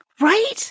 Right